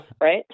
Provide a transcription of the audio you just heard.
right